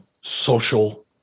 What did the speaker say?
social